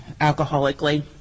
alcoholically